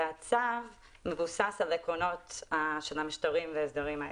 והצו מבוסס על עקרונות של המשטרים וההסדרים האלה.